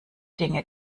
dinge